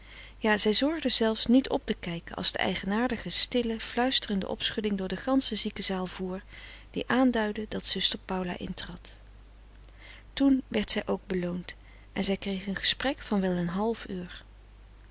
ja zij zorgde zelfs niet op te kijken als de eigenaardige stille fluisterende opschudding door de gansche ziekenzaal voer die aanduidde dat zuster paula intrad toen werd zij ook beloond en zij kreeg een gesprek van wel een half uur